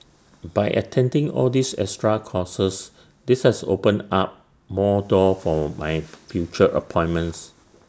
by attending all these extra courses this has opened up one more door for my future appointments